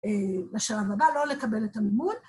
בשלב הבא לא לקבל את הלימוד.